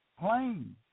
plane